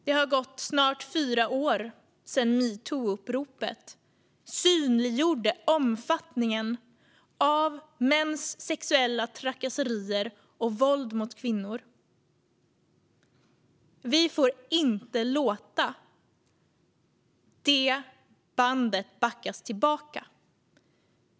Det har gått snart fyra år sedan metoo-uppropet synliggjorde omfattningen av mäns sexuella trakasserier och våld mot kvinnor. Vi får inte låta det bandet backas tillbaka.